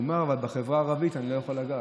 הוא אמר: בחברה הערבית אני לא יכול לגעת.